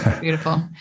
beautiful